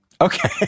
Okay